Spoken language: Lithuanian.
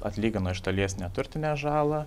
atlygino iš dalies neturtinę žalą